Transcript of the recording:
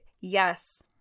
yes